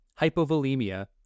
hypovolemia